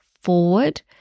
forward